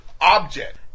object